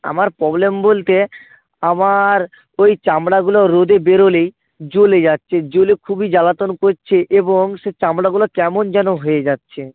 আমার প্রবলেম বলতে আমার ওই চামড়াগুলো রোদে বেরোলেই জ্বলে যাচ্ছে জ্বলে খুবই জ্বালাতন করছে এবং সে চামড়াগুলো কেমন যেন হয়ে যাচ্ছে